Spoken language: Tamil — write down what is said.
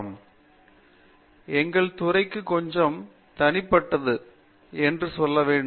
பேராசிரியர் ஸ்ரீகாந்த வேதாந்தம் எங்கள் துறையை கொஞ்சம் தனிப்பட்டது என்று சொல்ல வேண்டும்